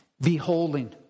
beholding